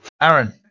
Aaron